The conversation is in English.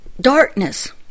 darkness